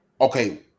okay